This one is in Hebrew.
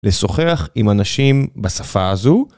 לשוחח עם אנשים בשפה הזו.